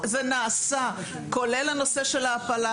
זה נעשה כולל הנושא של ההפעלה.